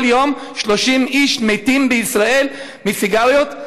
כל יום 30 איש מתים בישראל מסיגריות,